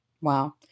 wow